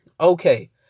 Okay